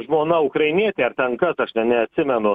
žmona ukrainietė ar ten kas aš ten neatsimenu